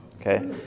okay